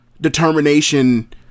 determination